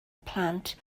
plant